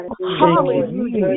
Hallelujah